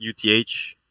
uth